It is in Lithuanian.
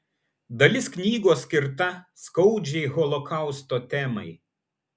dalis knygos skirta skaudžiai holokausto temai